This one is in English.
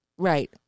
Right